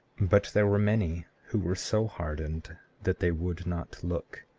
but there were many who were so hardened that they would not look,